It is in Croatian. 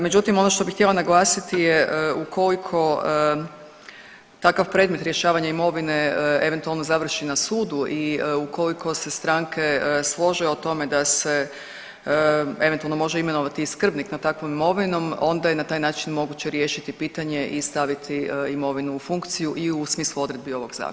Međutim, ono što bi htjela naglasiti je ukoliko takav predmet rješavanja imovine eventualno završi na sudu i ukoliko se stranke slože o tome da se eventualno može imenovati i skrbnik nad takovom imovinom onda je na taj način moguće riješiti pitanje i staviti imovinu u funkciju i u smislu odredbi ovog zakona.